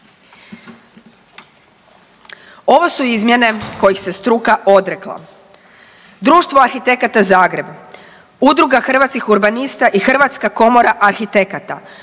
Ovo su izmjene kojih se struka odrekla. Društvo arhitekata Zagreb, Udruga hrvatskih urbanista i Hrvatska komora arhitekata,